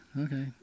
okay